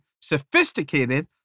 sophisticated